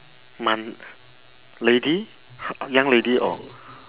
mon~ lady young lady or